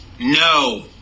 No